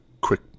quick